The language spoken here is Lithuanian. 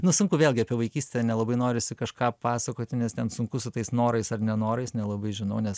nu sunku vėlgi apie vaikystę nelabai norisi kažką pasakoti nes ten sunku su tais norais ar nenorais nelabai žinau nes